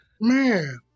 Man